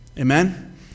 Amen